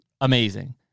amazing